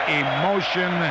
emotion